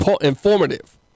informative